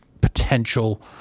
potential